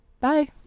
Bye